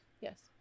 Yes